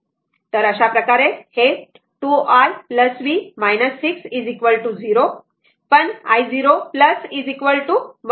तर अशा प्रकारे करा हे 2 i v 6 0 पण i0 1 आहे